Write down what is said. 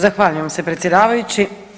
Zahvaljujem se predsjedavajući.